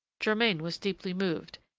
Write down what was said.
germain was deeply moved,